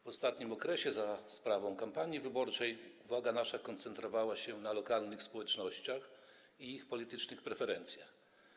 W ostatnim okresie za sprawą kampanii wyborczej uwaga nasza koncentrowała się na lokalnych społecznościach i ich politycznych preferencjach.